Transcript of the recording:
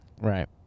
Right